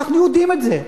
אנחנו יודעים את זה.